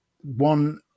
One